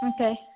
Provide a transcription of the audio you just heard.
Okay